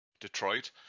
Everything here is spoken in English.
Detroit